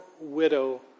widow